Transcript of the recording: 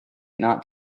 not